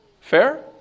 Fair